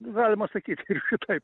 galima sakyt ir šitaip